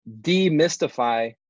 demystify